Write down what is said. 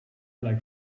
like